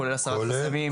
כולל הסרת חסמים,